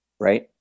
Right